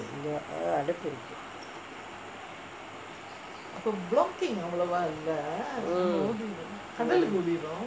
இங்கே:ingae ah அடைப்பு இருக்கு:adaippu irukku mm